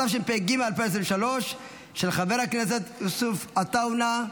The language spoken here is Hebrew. התשפ"ג 2023, של חבר הכנסת יוסף עטאונה.